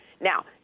Now